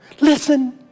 Listen